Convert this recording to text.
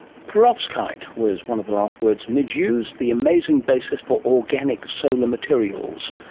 perovskite was one of the last words nij used, the amazing basis for organic solar materials.